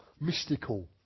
mystical